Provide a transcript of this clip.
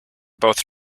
both